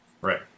right